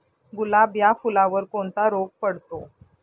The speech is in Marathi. गुलाब या फुलावर कोणता रोग पडतो?